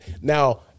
Now